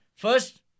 First